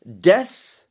death